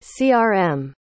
CRM